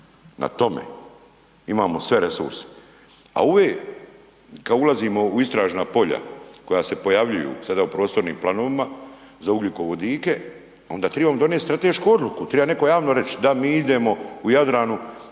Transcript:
na tome. Imamo sve resurse, a …/nerazumljivo/… kad ulazimo u istražna polja koja se pojavljuju sada u prostornim planovima za ugljikovodite onda tribamo donit stratešku odluku, triba netko javno reći da mi idemo u Jadranu